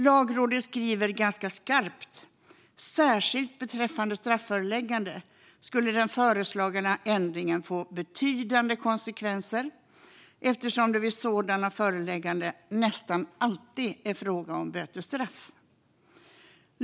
Lagrådet skriver ganska skarpt: "Särskilt beträffande strafföreläggande skulle den föreslagna ändringen få betydande konsekvenser eftersom det vid sådana förelägganden nästan alltid är fråga om bötesstraff."